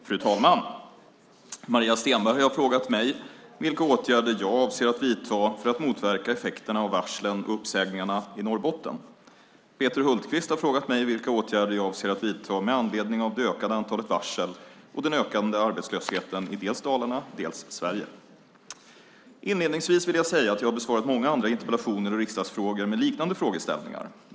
Fru talman! Maria Stenberg har frågat mig vilka åtgärder jag avser att vidta för att motverka effekterna av varslen och uppsägningarna i Norrbotten. Peter Hultqvist har frågat mig vilka åtgärder jag avser att vidta med anledning av det ökande antalet varsel och den ökande arbetslösheten i dels Dalarna, dels Sverige. Inledningsvis vill jag säga att jag har besvarat många andra interpellationer och riksdagsfrågor med liknande frågeställningar.